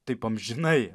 taip amžinai